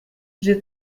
j’ai